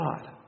God